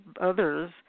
others